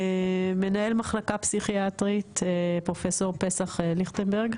טוב, מנהל מחלקה פסיכיאטרית, פרופ' פסח ליכטנברג.